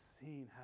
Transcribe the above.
seen